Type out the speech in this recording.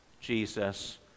Jesus